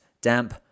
damp